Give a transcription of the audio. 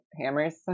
hammers